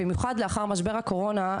במיוחד לאחר משבר הקורונה,